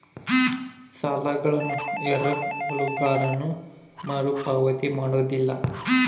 ಸಾಲಗಳನ್ನು ಎರವಲುಗಾರನು ಮರುಪಾವತಿ ಮಾಡೋದಿಲ್ಲ